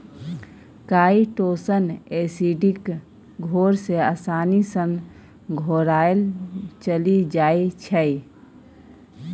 chitosan acidic घोर मे आसानी सँ घोराएल चलि जाइ छै